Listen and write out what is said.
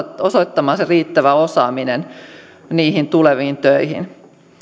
osoittamaan riittävä osaaminen tuleviin töihin